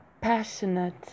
passionate